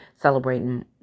celebrating